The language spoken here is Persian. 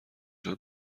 چون